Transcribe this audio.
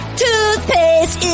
toothpaste